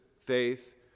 faith